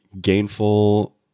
Gainful